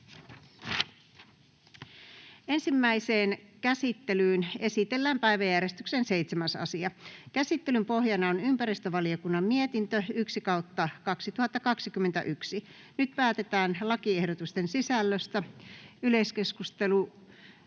Ensimmäiseen käsittelyyn esitellään päiväjärjestyksen 7. asia. Käsittelyn pohjana on ympäristövaliokunnan mietintö YmVM 1/2021 vp. Nyt päätetään lakiehdotusten sisällöstä. — Valiokunnan